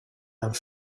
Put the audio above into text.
and